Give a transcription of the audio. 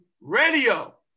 Radio